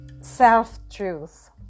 self-truth